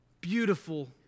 beautiful